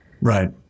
right